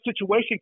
situation